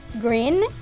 green